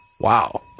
Wow